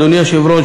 אדוני היושב-ראש,